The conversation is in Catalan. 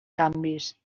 canvis